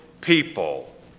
people